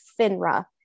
FINRA